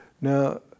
Now